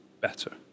better